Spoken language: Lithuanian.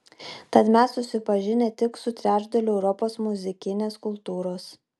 tad mes susipažinę tik su trečdaliu europos muzikinės kultūros